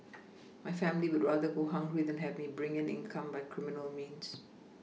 my family would rather go hungry than have me bring in income by criminal means